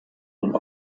den